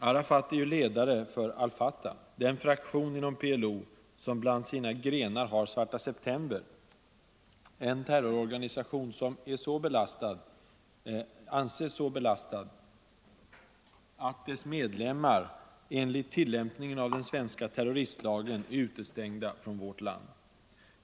Arafat är ju ledare för al Fatah — den fraktion inom PLO som bland sina grenar har Svarta september, en terrororganisation som anses så belastad att dess medlemmar enligt tillämpningen av den svenska terroristlagen är utestängda från vårt land.